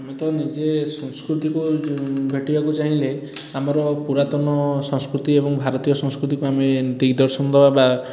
ଆମେ ତ ନିଜେ ସଂସ୍କୃତିକୁ ଭେଟିବାକୁ ଚାହିଁଲେ ଆମର ପୁରାତନ ସଂସ୍କୃତି ଏବଂ ଭାରତୀୟ ସଂସ୍କୃତିକୁ ଆମେ ଦିଗଦର୍ଶନ ଦେବା ବା